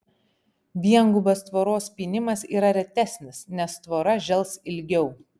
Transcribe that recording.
viengubas tvoros pynimas yra retesnis nes tvora žels ilgiau